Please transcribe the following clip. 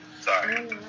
Sorry